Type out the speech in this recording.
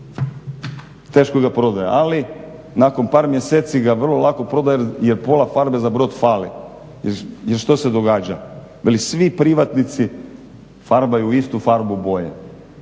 Teško ga prodaje ali nakon par mjeseci ga vrlo lako prodaje jer pola farbe za brod fali. I što se događa, veli svi privatnici farbaju u istu farbu boje.